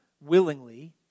willingly